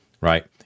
right